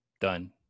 done